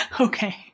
Okay